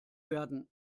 werden